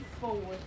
forward